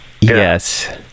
Yes